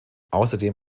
außerdem